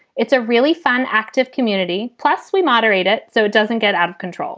it's a really fun, active community. plus, we moderate it so it doesn't get out of control.